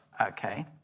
Okay